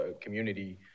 community